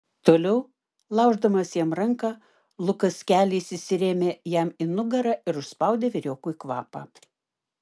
toliau lauždamas jam ranką lukas keliais įsirėmė jam į nugarą ir užspaudė vyriokui kvapą